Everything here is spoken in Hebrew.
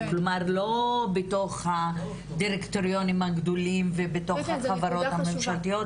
כלומר לא בתוך הדירקטוריונים הגדולים ובתוך החברות הממשלתיות